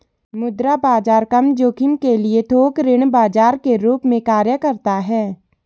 मुद्रा बाजार कम जोखिम के लिए थोक ऋण बाजार के रूप में कार्य करता हैं